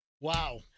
Wow